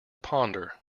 ponder